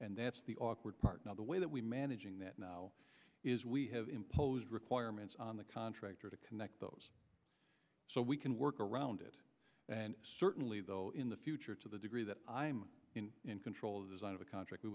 and that's the awkward part now the way that we managing that now is we have imposed requirements on the contractor to connect those so we can work around it and certainly though in the future to the degree that i'm in control of design of a contract we